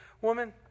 woman